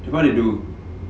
what they do